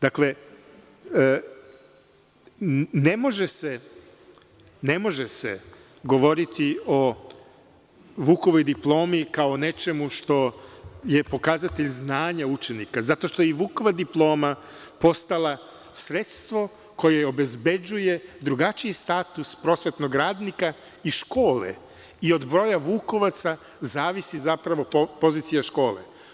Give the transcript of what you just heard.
Dakle, ne može se govoriti o Vukovoj diplomi kao o nečemu što je pokazatelj znanja učenika zato što je i Vukova diploma postala sredstvo koje obezbeđuje drugačiji status prosvetnog radnika i škole i od broja vukovaca zavisi zapravo pozicija škole.